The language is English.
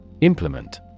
Implement